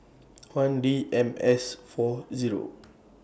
one D M S four Zero